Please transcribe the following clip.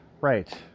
Right